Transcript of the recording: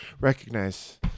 recognize